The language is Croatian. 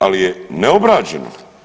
Ali je neobrađeno.